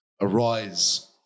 Arise